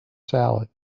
salad